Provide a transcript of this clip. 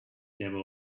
there